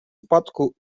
upadku